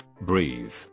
breathe